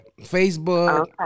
facebook